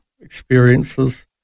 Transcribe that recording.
experiences